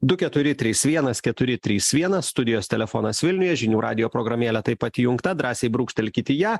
du keturi trys vienas keturi trys vienas studijos telefonas vilniuje žinių radijo programėlė taip pat įjungta drąsiai brūkštelkit į ją